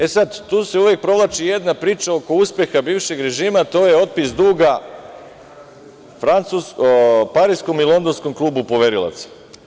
E sad, tu se uvek provlači jedna priča oko uspeha bivšeg režima, to je otpis duga Pariskom i Londonskom klubu poverilaca.